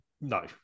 No